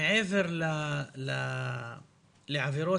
מעבר לעבירות